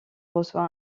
reçoit